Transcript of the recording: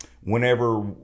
whenever